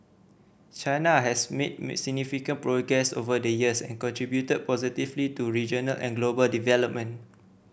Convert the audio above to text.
China has made may significant progress over the years and contributed positively to regional and global development